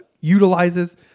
utilizes